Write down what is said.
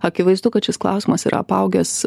akivaizdu kad šis klausimas yra apaugęs